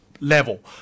level